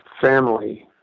family